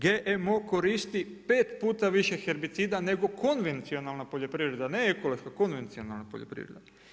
GMO koristi pet puta više herbicida nego konvencionalna poljoprivreda, ne ekološka, konvencionalna poljoprivreda.